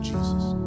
Jesus